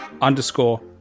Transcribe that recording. underscore